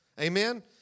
Amen